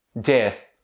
Death